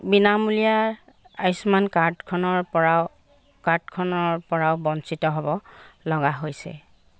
বিনামূলীয়া আয়ুষ্মান কাৰ্ডখনৰপৰাও কাৰ্ডখনৰপৰাও বঞ্চিত হ'ব লগা হৈছে